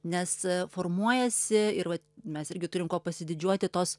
nes formuojasi ir vat mes irgi turim kuo pasididžiuoti tos